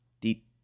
Deep